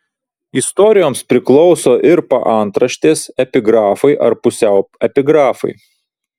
istorijoms priklauso ir paantraštės epigrafai ar pusiau epigrafai